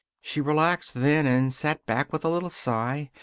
she relaxed, then, and sat back with a little sigh.